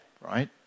right